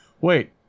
wait